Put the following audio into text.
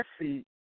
see